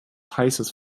heißes